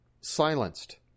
silenced